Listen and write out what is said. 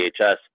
DHS